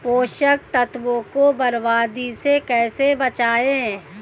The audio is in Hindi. पोषक तत्वों को बर्बादी से कैसे बचाएं?